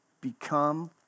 Become